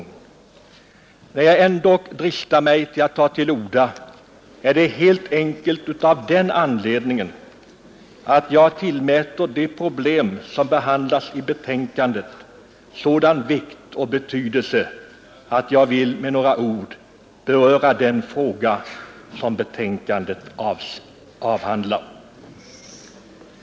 När jag ändå dristar mig att ta till orda är det helt enkelt av den anledningen att jag tillmäter det problem som behandlas i betänkandet sådan vikt, att jag med några ord vill beröra det.